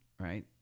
right